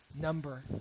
number